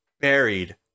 buried